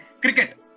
Cricket